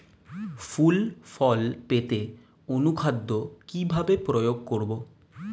ফুল ফল পেতে অনুখাদ্য কিভাবে প্রয়োগ করব?